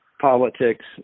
politics